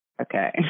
Okay